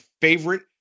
favorite